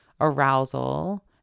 arousal